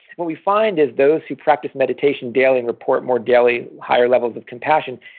what we find is those who practice meditation daily and report more daily higher levels of compassion,